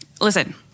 Listen